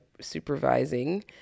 supervising